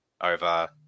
over